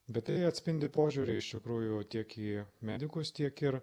bet tai atspindi požiūrį iš tikrųjų tiek į medikus tiek ir